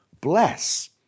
bless